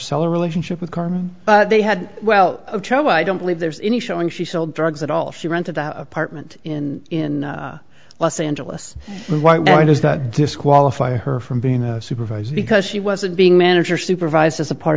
seller relationship with her but they had well i don't believe there's any showing she sold drugs at all she rented the apartment in los angeles why does that disqualify her from being a supervisor because she wasn't being manager supervised as a part